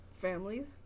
families